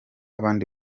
abandi